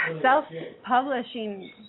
self-publishing